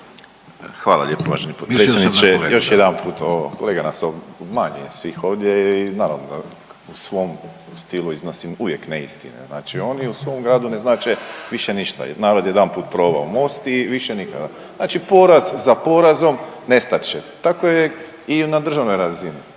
Hvala lijepo uvaženi potpredsjedniče. Još jedanput, kolega nas obmanjuje svih ovdje i naravno u svom stilu iznosi uvijek neistine, znači oni u svom gradu ne znače više ništa, narod je jedanput probao Most i više nikada, znači poraz za porazom, nestat će, tako je i na državnoj razini.